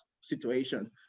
situation